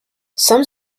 some